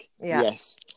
Yes